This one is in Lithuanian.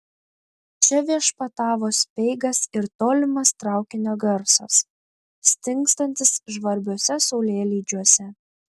čia viešpatavo speigas ir tolimas traukinio garsas stingstantis žvarbiuose saulėlydžiuose